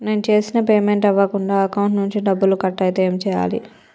నేను చేసిన పేమెంట్ అవ్వకుండా అకౌంట్ నుంచి డబ్బులు కట్ అయితే ఏం చేయాలి?